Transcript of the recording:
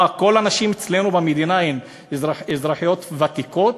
מה, כל הנשים אצלנו במדינה הן אזרחיות ותיקות?